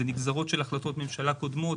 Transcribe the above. זה נגזרות של החלטות ממשלה קודמות,